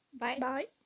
Bye-bye